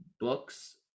books